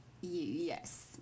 Yes